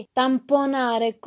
tamponare